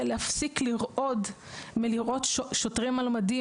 להפסיק לרעוד מלראות שוטרים על מדים,